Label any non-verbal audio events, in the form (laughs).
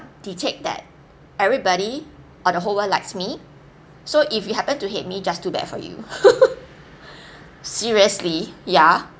reality check that everybody or the whole world likes me so if you happen to hate me just too bad for you (laughs) seriously ya